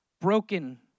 broken